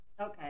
Okay